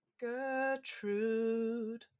Gertrude